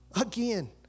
Again